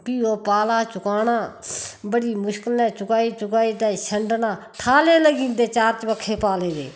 फ्ही ओह् पाला चुकाना बड़ी मुशकल नै चुकाई चुकाई ते शन्डना ठाले लग्गी जंदे चार चवक्खे पाले दे